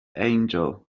angel